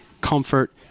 Comfort